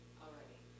already